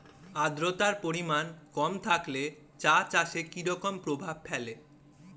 আদ্রতার পরিমাণ কম থাকলে চা চাষে কি রকম প্রভাব ফেলে?